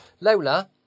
Lola